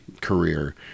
career